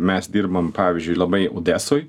mes dirbam pavyzdžiui labai odesoj